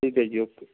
ਠੀਕ ਹੈ ਜੀ ਓਕੇ